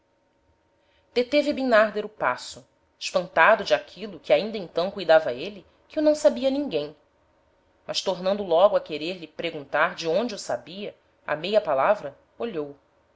deteve bimnarder o passo espantado de aquilo que ainda então cuidava êle que o não sabia ninguem mas tornando logo a querer lhe preguntar de onde o sabia a meia palavra olhou